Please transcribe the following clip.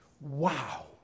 Wow